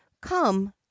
Come